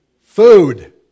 Food